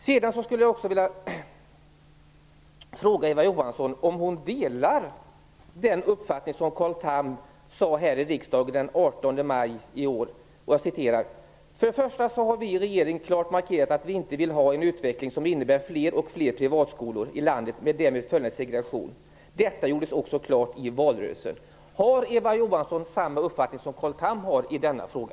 Jag vill också fråga Eva Johansson om hon delar följande uppfattning, som Carl Tham framförde här i riksdagen den 18 maj i år: "För det första har vi i regeringen klart markerat att vi inte vill ha en utveckling som innebär fler och fler privatskolor i landet med därmed följande segregation. Detta gjordes också klart i valrörelsen." Har Eva Johansson samma uppfattning som Carl Tham har i denna fråga?